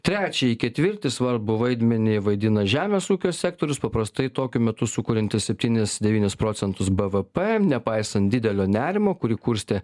trečiąjį ketvirtį svarbų vaidmenį vaidina žemės ūkio sektorius paprastai tokiu metu sukuriantis septynis devynis procentus bvp nepaisant didelio nerimo kurį kurstė